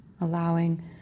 allowing